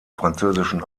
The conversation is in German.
französischen